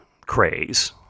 craze